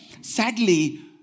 Sadly